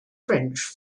french